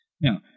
Now